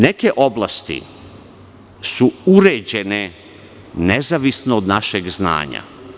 Neke oblasti su uređene nezavisno od našeg znanja.